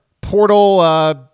portal